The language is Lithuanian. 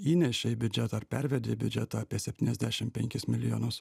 įnešė į biudžetą ar pervedė biudžeto apie septyniasdešim milijonus